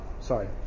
Sorry